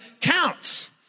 counts